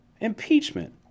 impeachment